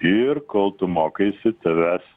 ir kol tu mokaisi tavęs